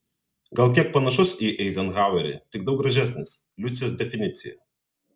gal kiek panašus į eizenhauerį tik daug gražesnis liucijos definicija